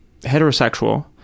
heterosexual